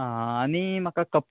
आं आनी म्हाका कप